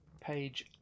page